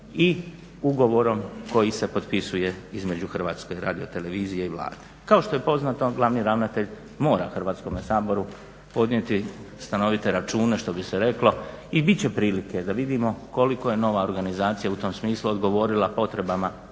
i ugovorom koji se potpisuje između Hrvatske radiotelevizije i Vlade. Kao što je poznato glavni ravnatelj mora Hrvatskome saboru podnijeti stanovite račune što bi se reklo i bit će prilike da vidimo koliko je nova organizacija u tom smislu odgovorila potrebama trenutka